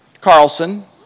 Carlson